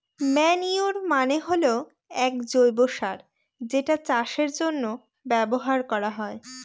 manure মানে হল এক জৈব সার যেটা চাষের জন্য ব্যবহার করা হয়